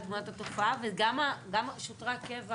גם שוטרי הקבע